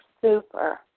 super